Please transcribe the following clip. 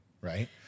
right